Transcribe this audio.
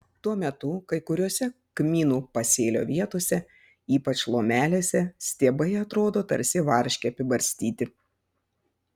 tuo metu kai kuriose kmynų pasėlio vietose ypač lomelėse stiebai atrodo tarsi varške apibarstyti